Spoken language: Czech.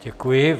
Děkuji.